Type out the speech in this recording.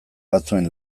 batzuen